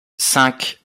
cinq